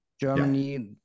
Germany